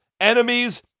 enemies